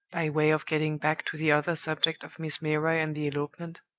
by way of getting back to the other subject of miss milroy and the elopement.